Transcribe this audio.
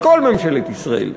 הוא שר האוצר של כל ממשלת ישראל.